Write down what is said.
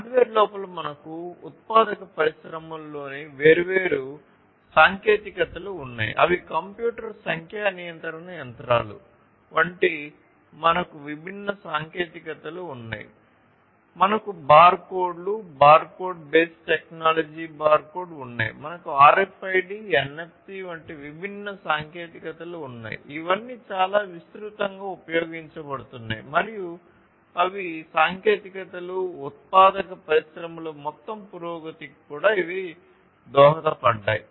hardware లోపల మనకు ఉత్పాదక పరిశ్రమలలో వంటి మనకు విభిన్న సాంకేతికతలు ఉన్నాయి మాకు బార్కోడ్లు బార్కోడ్ బేస్ టెక్నాలజీ బార్కోడ్ ఉన్నాయి మాకు RFID NFC వంటి విభిన్న సాంకేతికతలు ఉన్నాయి ఇవన్నీ చాలా విస్తృతంగా ఉపయోగించబడుతున్నాయి మరియు ఇవి సాంకేతికతలు ఉత్పాదక పరిశ్రమల మొత్తం పురోగతికి కూడా ఇవి దోహదపడ్డాయి